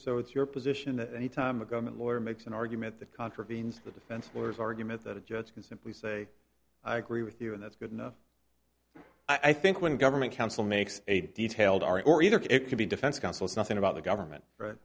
so it's your position that any time a government lawyer makes an argument that contravenes the defense lawyers argument that a judge can simply say i agree with you and that's good enough i think when government counsel makes a detailed our or either case it could be defense counsel is nothing about the government